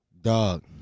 dog